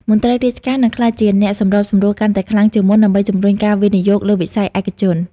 មន្ត្រីរាជការនឹងក្លាយជាអ្នកសម្របសម្រួល កាន់តែខ្លាំងជាងមុន ដើម្បីជំរុញការវិនិយោគពីវិស័យឯកជន។